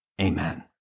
Amen